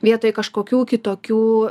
vietoj kažkokių kitokių